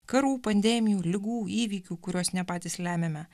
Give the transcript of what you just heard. karų pandemijų ligų įvykių kuriuos ne patys lemiame